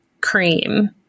cream